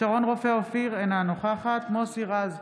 שרון רופא אופיר, אינה נוכחת מוסי רז,